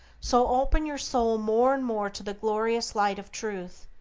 so open your soul more and more to the glorious light of truth.